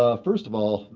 ah first of all,